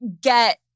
get